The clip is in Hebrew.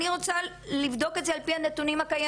אני רוצה לבדוק את זה על פי הנתונים הקיימים.